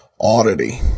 oddity